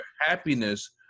happiness